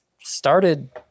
started